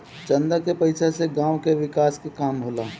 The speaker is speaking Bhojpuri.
चंदा के पईसा से गांव के विकास के काम होला